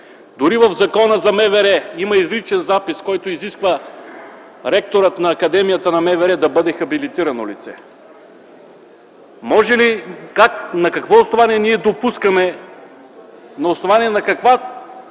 Дори в Закона за МВР има изричен запис, който изисква ректорът на Академията на МВР да бъде хабилитирано лице. На какво основание, на основание на каква